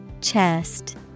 Chest